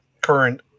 current